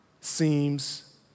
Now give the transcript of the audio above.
seems